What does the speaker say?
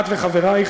את וחברייך,